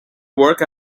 work